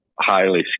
highly